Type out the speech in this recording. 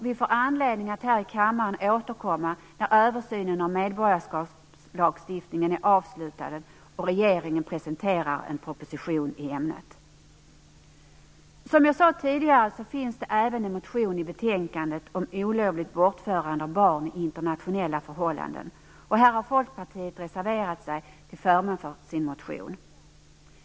Vi får anledning att återkomma här i kammaren när översynen av medborgarskapslagstiftningen är avslutad och regeringen presenterar en proposition i ämnet. Som jag sade tidigare, finns det i betänkandet även en motion om olovligt bortförande av barn i internationella förhållanden. Här har Folkpartiet reserverat sig till förmån för sin motion.